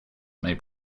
may